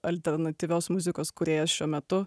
alternatyvios muzikos kūrėjas šiuo metu